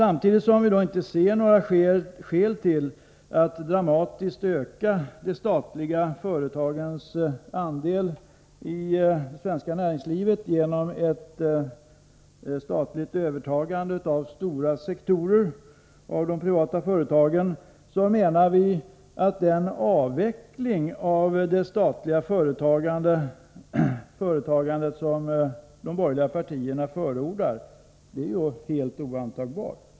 Samtidigt som vi inte ser några skäl till att dramatiskt öka det statliga företagandets andel i det svenska näringslivet genom ett statligt övertagande av stora sektorer av det privata näringslivet, menar vi att den avveckling av det statliga företagandet som de borgerliga partierna förordar är helt oantagbar.